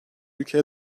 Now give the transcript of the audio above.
ülkeye